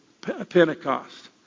Pentecost